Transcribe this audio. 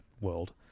world